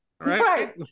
right